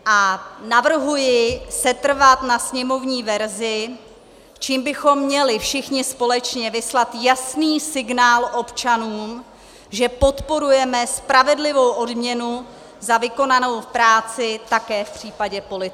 A navrhuji setrvat na sněmovní verzi, čímž bychom měli všichni společně vyslat jasný signál občanům, že podporujeme spravedlivou odměnu za vykonanou práci také v případě politiků.